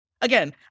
again